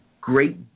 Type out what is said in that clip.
great